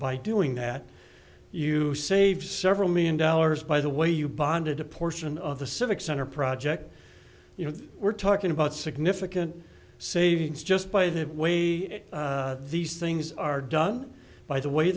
by doing that you save several million dollars by the way you bonded to portion of the civic center project you know we're talking about significant savings just by the way these things are done by the way